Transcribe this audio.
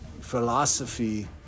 philosophy